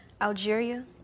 Algeria